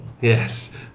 Yes